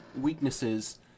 weaknesses